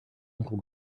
uncle